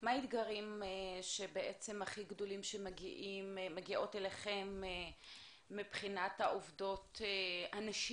מה האתגרים הכי גדולים שמגיעים אליכם מבחינת הנשים?